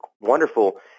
wonderful